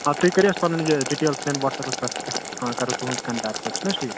اَدٕ تُہۍ کٔرِو حظ پَنٕنۍ یہِ ڈِٹیل سیٚنٛڈ واٹٕس اَپَس پٮ۪ٹھ أسۍ کَرَو تُہٕنز کَنٛٹیکٹ سر چھِنہٕ حظ ٹھیٖک